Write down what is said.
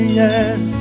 yes